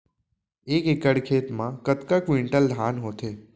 एक एकड़ खेत मा कतका क्विंटल धान होथे?